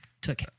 took